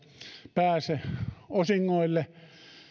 pääse osingoille